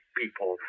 people